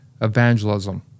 evangelism